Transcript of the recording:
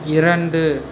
இரண்டு